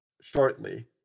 shortly